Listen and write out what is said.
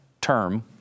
term